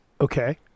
Okay